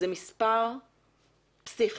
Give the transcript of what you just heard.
זה מספר פסיכי.